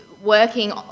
working